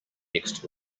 next